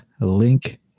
link